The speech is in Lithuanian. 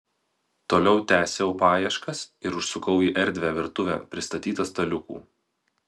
toliau tęsiau paieškas ir užsukau į erdvią virtuvę pristatytą staliukų